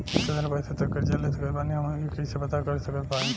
केतना पैसा तक कर्जा ले सकत बानी हम ई कइसे पता कर पाएम?